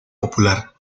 popular